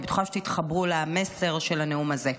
אני בטוחה שתתחברו למסר של הנאום הזה: